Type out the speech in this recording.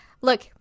look